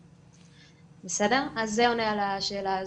אז זה עונה על השאלה הזאת.